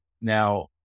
Now